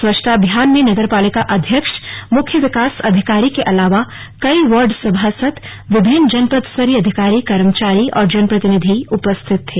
स्वच्छता अभियान में नगरपालिका अध्यक्ष मुख्य विकास अधिकारी के अलावा कई वार्ड सभासद विभिन्न जनपद स्तरीय अधिकारी कर्मचारी और जनप्रतिनिधि उपस्थित थे